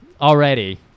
already